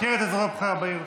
אני מכיר את אזורי הבחירה בעיר.